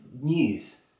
news